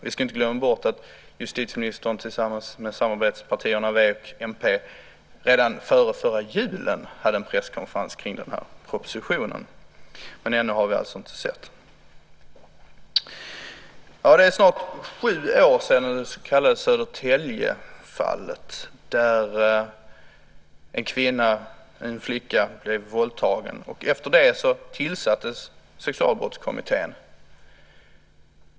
Vi ska inte glömma bort att justitieministern tillsammans med samarbetspartierna v och mp redan före förra julen hade en presskonferens kring den här propositionen, men ännu har vi alltså inte sett den. Det är snart sju år sedan det så kallade Södertäljefallet där en flicka blev våldtagen. Efter det tillsattes Sexualbrottskommittén.